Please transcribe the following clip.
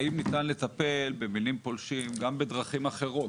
האם ניתן לטפל במינים פולשים גם בדרכים אחרות?